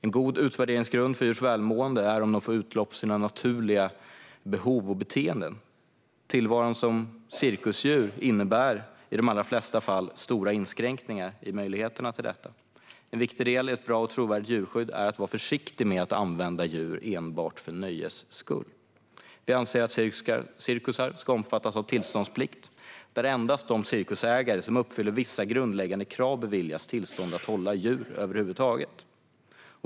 En god utvärderingsgrund för djurs välmående är om de får utlopp för sina naturliga behov och beteenden. Tillvaron som cirkusdjur innebär i de allra flesta fall stora inskränkningar i möjligheterna till detta. En viktig del i ett bra och trovärdigt djurskydd är att man ska vara försiktig med att använda djur enbart för nöjes skull. Vi anser att cirkusar ska omfattas av en tillståndsplikt, där endast cirkusägare som uppfyller vissa grundläggande krav beviljas tillstånd att hålla djur över huvud taget.